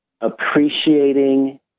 appreciating